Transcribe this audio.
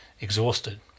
exhausted